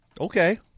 Okay